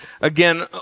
again